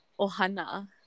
ohana